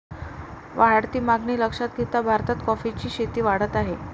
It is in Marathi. वाढती मागणी लक्षात घेता भारतात कॉफीची शेती वाढत आहे